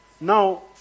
Now